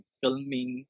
filming